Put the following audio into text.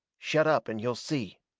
shut up, and you'll see.